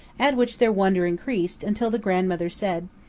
at which their wonder increased, until the grandmother said,